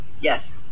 Yes